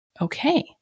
Okay